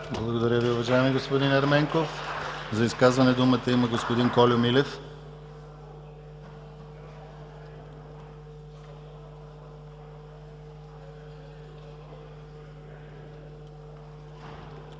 Благодаря Ви, уважаеми господин Ерменков. За изказване думата има господин Кольо Милев.